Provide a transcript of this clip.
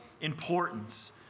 importance